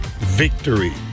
victory